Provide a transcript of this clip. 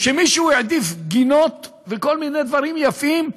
שמישהו העדיף גינות וכל מיני דברים יפים.